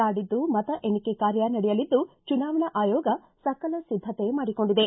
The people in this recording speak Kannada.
ನಾಡಿದ್ದು ಒಟ್ಟು ಮತ ಎಣಿಕೆ ಕಾರ್ಯ ನಡೆಯಲಿದ್ದು ಚುನಾವಣಾ ಆಯೋಗ ಸಕಲ ಸಿದ್ದತೆ ಮಾಡಿಕೊಂಡಿದೆ